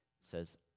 Says